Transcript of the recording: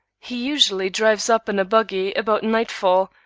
he usually drives up in a buggy about nightfall,